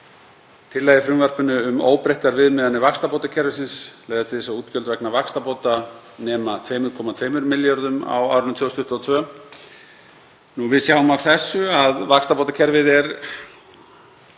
Tillaga í frumvarpinu um óbreyttar viðmiðanir vaxtabótakerfisins leiðir til þess að útgjöld vegna vaxtabóta nema 2,2 milljörðum á árinu 2022. Við sjáum af þessu að vaxtabótakerfið er